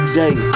day